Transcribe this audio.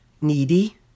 needy